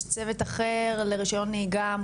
יש צוות אחר לרישיון נהיגה,